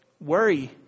Worry